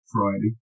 Friday